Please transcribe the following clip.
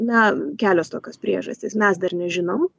na kelios tokios priežastys mes dar nežinom